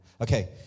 Okay